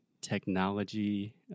technology